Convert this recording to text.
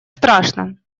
страшно